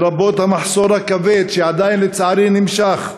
לרבות המחסור הכבד, שעדיין נמשך,